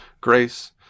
grace